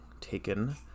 taken